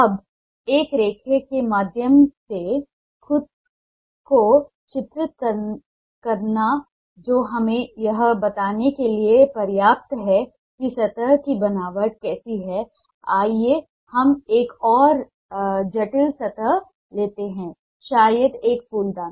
अब एक रेखा के माध्यम से खुद को चित्रित करना जो हमें यह बताने के लिए पर्याप्त है कि सतह की बनावट कैसी है आइए हम एक और जटिल सतह लेते हैं शायद एक फूलदान